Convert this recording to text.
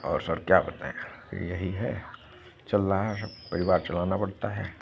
और सर क्या बताएँ ये यही है चल रहा हैं परिवार चलाना पड़ता है